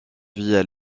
via